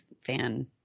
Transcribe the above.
fan